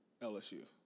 LSU